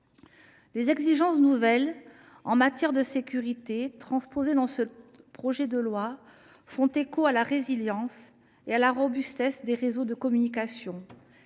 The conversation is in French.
Les exigences nouvelles en matière de cybersécurité transposées dans ce projet de loi font écho à la résilience et à la robustesse des réseaux de communication.